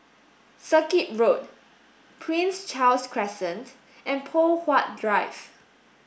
Circuit Road Prince Charles Crescent and Poh Huat Drive